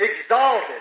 exalted